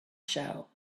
show